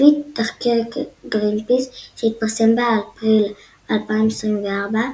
לפי תחקיר גרינפיס שהתפרסם באפריל 2024,